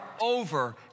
over